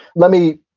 let me,